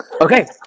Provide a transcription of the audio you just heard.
Okay